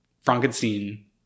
Frankenstein